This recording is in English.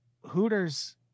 Hooters